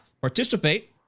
Participate